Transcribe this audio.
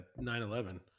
9-11